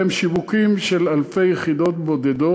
אבל אלה שיווקים של אלפים בודדים